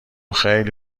خیلی